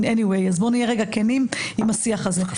אז בואו נהיה רגע כנים עם השיח הזה,